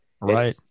Right